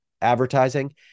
advertising